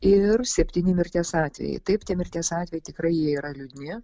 ir septyni mirties atvejai taip tie mirties atvejai tikrai jie yra liūdni